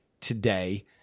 today